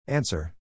Answer